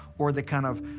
or the kind of,